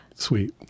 Sweet